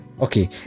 Okay